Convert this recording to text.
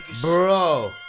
bro